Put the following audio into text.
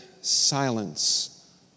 silence